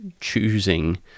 choosing